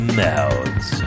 mouths